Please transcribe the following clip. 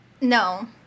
No